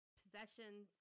possessions